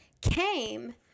came